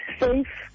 safe